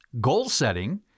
goal-setting